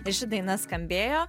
ir ši daina skambėjo